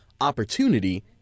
opportunity